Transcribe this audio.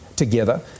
Together